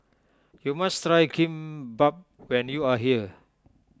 you must try Kimbap when you are here